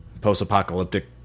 post-apocalyptic